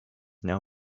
now